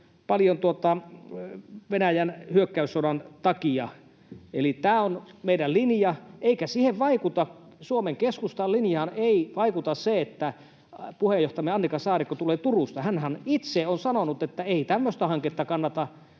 paljon Venäjän hyökkäyssodan takia. Eli tämä on meidän linjamme, eikä Suomen Keskustan linjaan vaikuta se, että puheenjohtajamme Annika Saarikko tulee Turusta. Hänhän on itse sanonut, että ei tämmöistä hanketta, joka